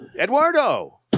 Eduardo